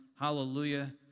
hallelujah